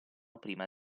prima